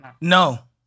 No